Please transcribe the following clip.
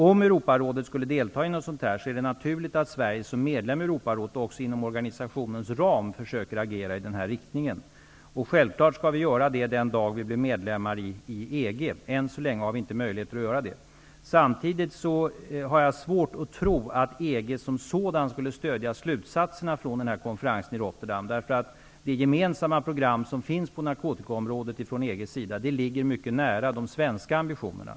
Om Europarådet skulle delta i något sådant, är det naturligt att Sverige som medlem i Europarådet inom organisationens ram försöker agera i den här riktningen. Självklart skall vi göra det den dag som Sverige blir medlem i EG. Än så länge har vi inte möjligheter att göra det. Samtidigt har jag svårt att tro att EG som sådant skulle stödja slutsatserna från konferensen i Rotterdam, därför att det gemensamma program som finns från EG:s sida på narkotikaområdet ligger mycket nära de svenska ambitionerna.